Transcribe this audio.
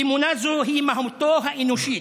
אמונה זאת היא מהותו האנושית.